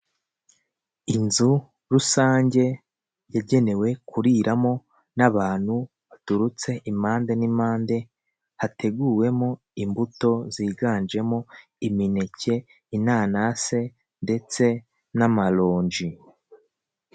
Inzu rusange yagenewe kuriramo n'abantu baturutse impande n'impande; hateguwemo imbuto ziganjemo imineke, inanasi ndetse n'amaronji.